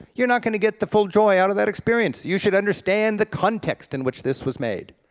you're not going to get the full joy out of that experience. you should understand the context in which this was made.